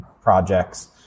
projects